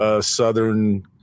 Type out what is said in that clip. Southern